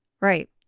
Right